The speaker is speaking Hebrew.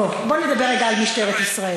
בוא, בוא נדבר רגע על משטרת ישראל,